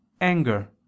anger